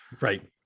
Right